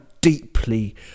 deeply